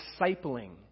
discipling